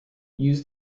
use